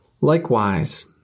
Likewise